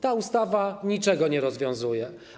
Ta ustawa niczego nie rozwiązuje.